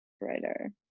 writer